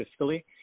fiscally